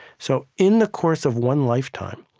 so in the course of one lifetime,